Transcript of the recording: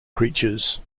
creatures